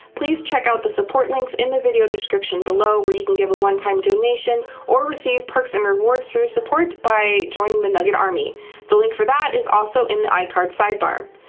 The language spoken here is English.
please check out the support links in the video description below where you can give a one-time donation or receive perks and rewards for your support by joining the nugget army the link for that is also in the icard sidebar.